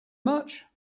much